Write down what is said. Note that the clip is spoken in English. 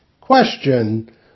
Question